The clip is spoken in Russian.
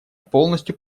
полностью